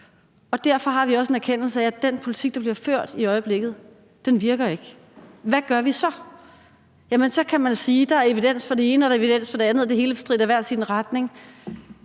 Derfor har vi også en erkendelse af, at den politik, der bliver ført i øjeblikket, ikke virker. Hvad gør vi så? Jamen så kan man sige, at der er evidens for det ene og evidens for det andet, og det hele stritter i hver sin retning;